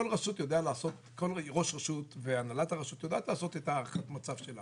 כל ראש רשות יודע לעשות הערכת מצב.